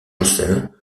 russell